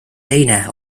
teine